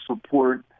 support